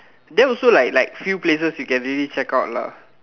there also like like few places you can really check out lah